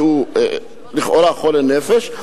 שהוא לכאורה חולה נפש,